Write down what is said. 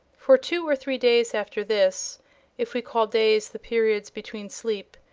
for two or three days after this if we call days the periods between sleep,